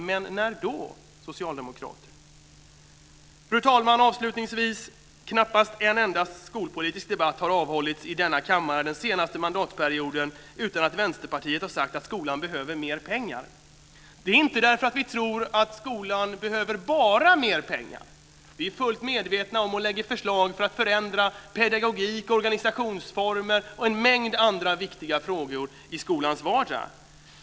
Men när då, socialdemokrater? Fru talman! Avslutningsvis vill jag säga att knappast en enda skolpolitisk debatt har avhållits här i kammaren den senaste mandatperioden utan att Vänsterpartiet har sagt att skolan behöver mer pengar. Det har vi inte gjort därför att vi tror att skolan bara behöver mer pengar. Vi lägger fram förslag för att förändra pedagogik, organisationsformer och en mängd andra viktiga saker i skolans vardag.